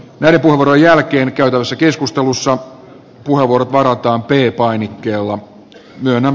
niiden jälkeen käytävässä keskustelussa puheenvuorot varataan p painikkeella